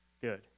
good